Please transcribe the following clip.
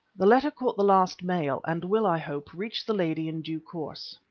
the letter caught the last mail and will, i hope, reach the lady in due course.